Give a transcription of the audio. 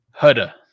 Huda